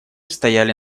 стояли